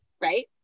right